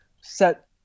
set